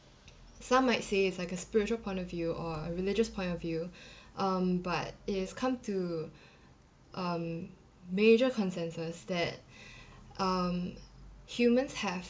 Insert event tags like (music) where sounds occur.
some might say it's like a spiritual point of view or a religious point of view (breath) um but it has come to um major consensus that (breath) um humans have